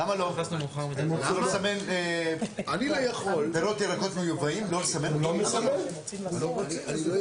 לא גמרנו את זה היום.